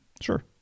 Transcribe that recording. Sure